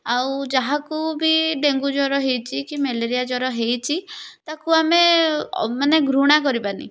ଆଉ ଯାହାକୁ ବି ଡେଙ୍ଗୁ ଜ୍ଵର ହୋଇଛି କି ମ୍ୟାଲେରିଆ ଜ୍ବର ହୋଇଛି ତାକୁ ଆମେ ମାନେ ଘୃଣା କରିବାନି